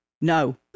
No